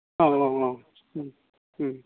औ औ औ उम उम